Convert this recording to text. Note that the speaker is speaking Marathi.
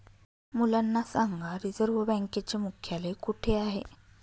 मुलांना सांगा रिझर्व्ह बँकेचे मुख्यालय कुठे आहे